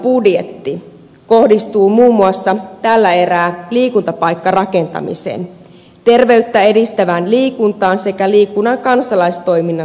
liikuntabudjetti kohdistuu muun muassa tällä erää liikuntapaikkarakentamiseen terveyttä edistävään liikuntaan sekä liikunnan kansalaistoiminnan tukemiseen